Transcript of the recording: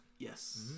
Yes